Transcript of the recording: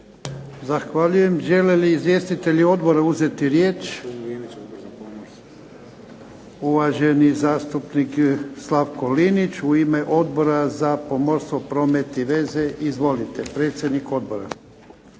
Zahvaljujem. Žele li izvjestitelji odbora uzeti riječ? Uvaženi zastupnik Slavko Linić, u ime Odbora za pomorstvo, promet i veze. Izvolite, predsjednik odbora.